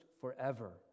forever